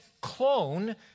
clone